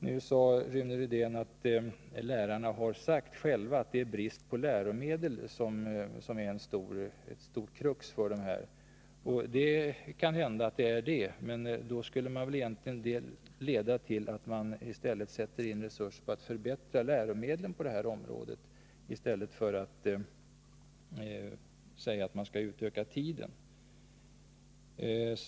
Rune Rydén sade att lärarna själva har sagt att bristen på läromedel är ett stort krux. Möjligen kan det vara så, men då borde väl detta egentligen leda till att man sätter in resurserna på att förbättra läromedlen på det här området, i stället för att utöka tiden.